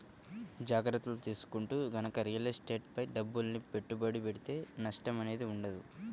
జాగర్తలు తీసుకుంటూ గనక రియల్ ఎస్టేట్ పై డబ్బుల్ని పెట్టుబడి పెడితే నష్టం అనేది ఉండదు